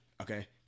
Okay